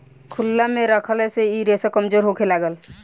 खुलला मे रखला से इ रेसा कमजोर होखे लागेला